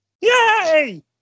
Yay